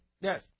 Yes